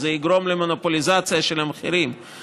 כי זה יגרום למונופוליזציה של המחירים,